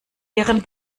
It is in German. ihren